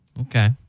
Okay